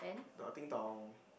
the ding dong